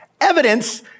evidence